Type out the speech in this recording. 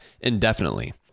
indefinitely